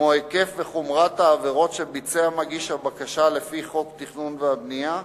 כמו היקף וחומרת העבירות שביצע מגיש הבקשה לפי חוק התכנון והבנייה,